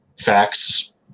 facts